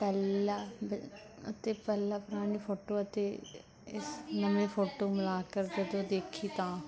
ਪਹਿਲਾਂ ਅਤੇ ਪਹਿਲਾਂ ਪੁਰਾਣੀ ਫੋਟੋ ਅਤੇ ਇਸ ਨਵੀਂ ਫੋਟੋ ਮਿਲਾ ਕਰਕੇ ਜੋ ਦੇਖੀ ਤਾਂ